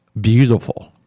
beautiful